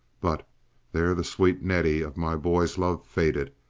but there the sweet nettie of my boy's love faded,